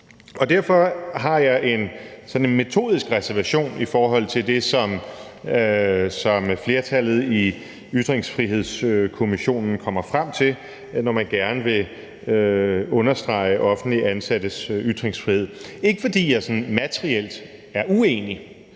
Derfor har jeg en sådan metodisk reservation i forhold til det, som flertallet i Ytringsfrihedskommissionen kommer frem til, når man gerne vil understrege offentligt ansattes ytringsfrihed. Det er ikke, fordi jeg sådan materielt er uenig,